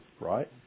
right